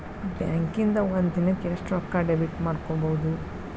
ಬ್ಯಾಂಕಿಂದಾ ಒಂದಿನಕ್ಕ ಎಷ್ಟ್ ರೊಕ್ಕಾ ಡೆಬಿಟ್ ಮಾಡ್ಕೊಬಹುದು?